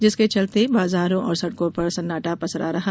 जिसके चलते बाजारों और सड़कों पर सन्नाटा पसरा रहा